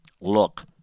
look